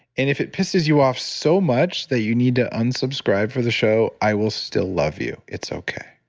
and if it pisses you off so much that you need to unsubscribe for the show, i will still love you. it's okay.